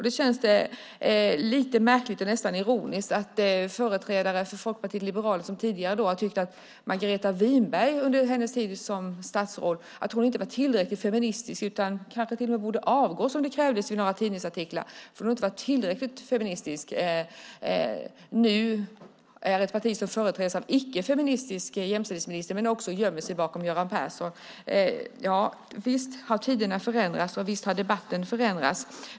Det känns lite märkligt och nästan ironiskt att Folkpartiet liberalerna, som tidigare har tyckt att Margareta Winberg, under hennes tid som statsråd, inte var tillräckligt feministisk utan kanske till och med borde avgå, som det krävdes i några tidningsartiklar, för att hon inte var tillräckligt feministisk, nu är ett parti som företräds av en icke feministisk jämställdhetsminister men också gömmer sig bakom Göran Persson. Visst har tiderna förändrats, och visst har debatten förändrats.